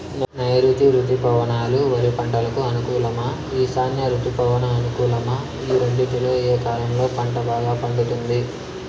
నైరుతి రుతుపవనాలు వరి పంటకు అనుకూలమా ఈశాన్య రుతుపవన అనుకూలమా ఈ రెండింటిలో ఏ కాలంలో పంట బాగా పండుతుంది?